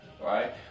right